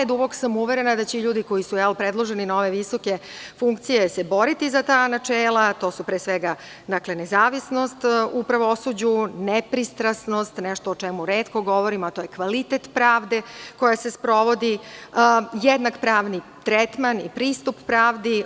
Duboko sam uverena da će se i ljudi koji su predloženi na ove visoke funkcije boriti za ta načela, a to su pre svega nezavisnost u pravosuđu, nepristrasnost, nešto o čemu retko govorim, a to je kvalitet pravde koja se sprovodi, jednak pravni tretman i pristup pravdi.